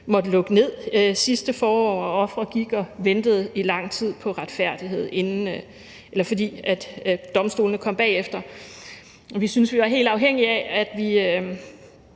måtte lukke ned sidste forår, så ofre gik og ventede i lang tid på retfærdighed, altså fordi domstolene kom bagud. Vi mener, vi er helt afhængige af, at vi